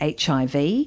HIV